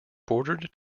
bordered